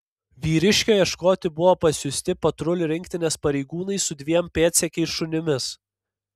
vyriškio ieškoti buvo pasiųsti patrulių rinktinės pareigūnai su dviem pėdsekiais šunimis